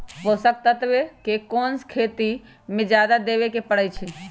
पोषक तत्व क कौन कौन खेती म जादा देवे क परईछी?